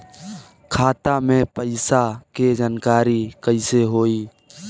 खाता मे पैसा के जानकारी कइसे होई?